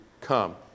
come